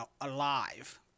alive